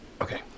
okay